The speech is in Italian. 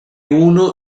uno